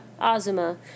Azuma